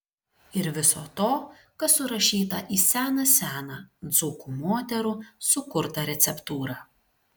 ir viso to kas surašyta į seną seną dzūkų moterų sukurtą receptūrą